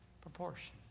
proportion